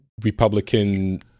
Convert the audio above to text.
Republican